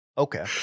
Okay